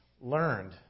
learned